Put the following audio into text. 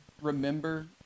remember